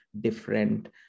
different